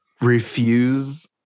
refuse